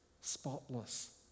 spotless